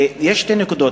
יש שתי נקודות.